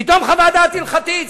פתאום חוות דעת הלכתית,